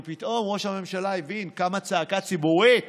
כי פתאום ראש הממשלה הבין: קמה צעקה ציבורית